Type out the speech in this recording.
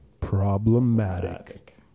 problematic